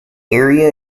area